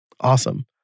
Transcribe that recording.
Awesome